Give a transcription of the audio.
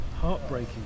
heartbreaking